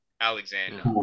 Alexander